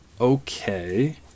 okay